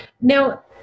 Now